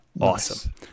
Awesome